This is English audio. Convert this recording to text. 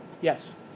Yes